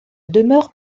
demeure